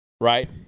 right